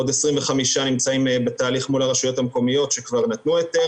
עוד 25 נמצאים בתהליך מול הרשויות המקומיות שכבר נתנו היתר